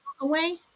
away